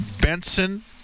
Benson